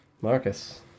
Marcus